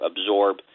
absorb